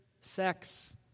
sex